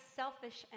selfish